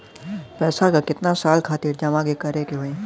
पैसा के कितना साल खातिर जमा करे के होइ?